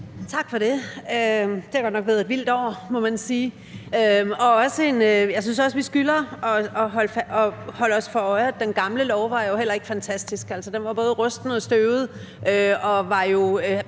Tak for det. Det har godt nok været et vildt år, må man sige. Og jeg synes også, at vi skylder at holde os for øje, at den gamle lov jo heller ikke var fantastisk. Altså, den var både rusten og støvet og jo